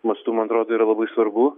mastu man atrodo yra labai svarbu